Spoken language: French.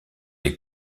les